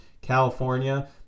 california